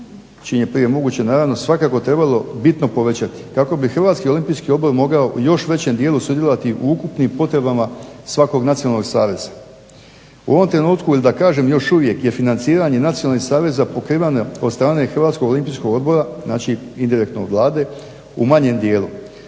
čim je prije moguće naravno svakako trebalo bitno povećati. Kako bi Hrvatski olimpijski odbor u još većem dijelu mogao sudjelovati u ukupnim potrebama svakog nacionalnog saveza. U ovom trenutku da kažem još uvijek je financiranje nacionalnog saveza pokrivena od strane Hrvatskog olimpijskog odbora znači indirektno Vlade u manjem dijelu